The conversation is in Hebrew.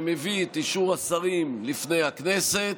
שמביא את אישור השרים לפני הכנסת,